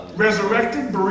Resurrected